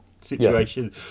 situation